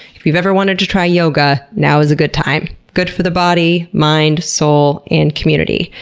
if you've ever wanted to try yoga, now is a good time. good for the body, mind, soul and community.